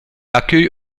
accueille